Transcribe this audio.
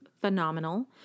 phenomenal